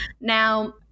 Now